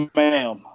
ma'am